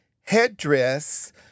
headdress